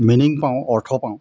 meaning পাওঁ অৰ্থ পাওঁ